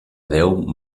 deu